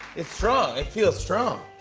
it's strong. it feels strong.